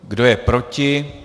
Kdo je proti?